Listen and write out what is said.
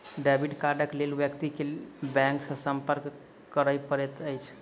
debit कार्डक लेल व्यक्ति के बैंक सॅ संपर्क करय पड़ैत अछि